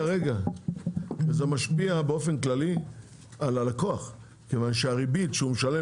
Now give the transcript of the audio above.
זה משפיע באופן כללי על הלקוח כיוון שהריבית שהוא משלם